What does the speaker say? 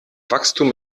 wachstum